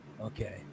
Okay